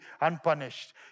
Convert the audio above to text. unpunished